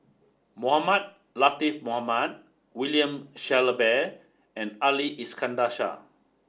Mohamed Latiff Mohamed William Shellabear and Ali Iskandar Shah